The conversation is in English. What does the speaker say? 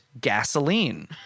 gasoline